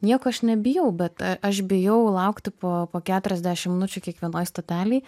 nieko aš nebijau bet aš bijau laukti po po keturiasdešimt minučių kiekvienoj stotelėj